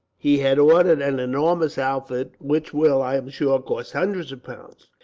he had ordered an enormous outfit, which will, i am sure, cost hundreds of pounds.